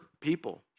people